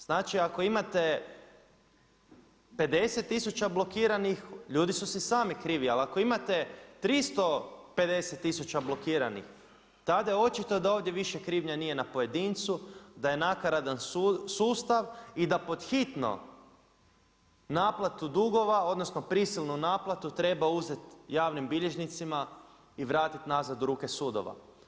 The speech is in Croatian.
Znači ako imate 50 tisuća blokiranih, ljudi su si sami krivi, ali ako imate 350 tisuća blokiranih, tada je očito da ovdje više nije krivnja nije na pojedincu, da je nakaradan sustav i da pod hitno naplatu dugova, odnosno prisilnu naplatu treba uzeti javnim bilježnicima i vratiti nazad u ruke sudova.